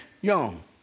young